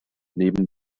neben